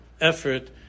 effort